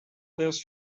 this